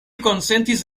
konsentis